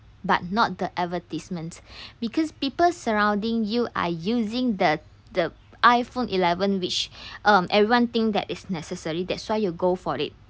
but not the advertisement because people surrounding you are using the the iphone eleven which um everyone think that is necessary that's why you go for it